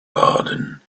garden